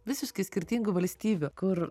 visiškai skirtingų valstybių kur